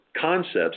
concepts